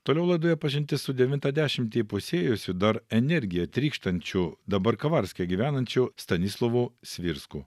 toliau laidoje pažintis su devintą dešimtį įpusėjusiu dar energija trykštančiu dabar kavarske gyvenančiu stanislovu svirsku